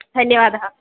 धन्यवादः